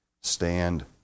stand